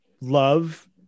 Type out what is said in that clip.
love